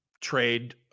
trade